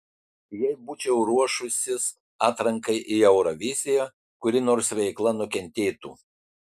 jei būčiau ruošusis atrankai į euroviziją kuri nors veikla nukentėtų